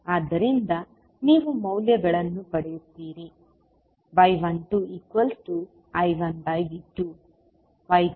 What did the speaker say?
ಆದ್ದರಿಂದ ನೀವು ಮೌಲ್ಯಗಳನ್ನು ಪಡೆಯುತ್ತೀರಿ y12I1V2y22I2V2